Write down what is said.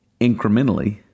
incrementally